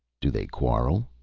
do they quarrel?